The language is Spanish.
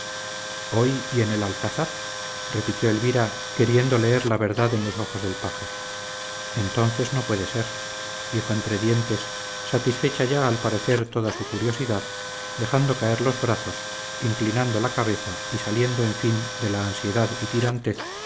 hoy y en el alcázar repitió elvira queriendo leer la verdad en los ojos del paje entonces no puede ser dijo entre dientes satisfecha ya al parecer toda su curiosidad dejando caer los brazos inclinando la cabeza y saliendo en fin de la ansiedad y tirantez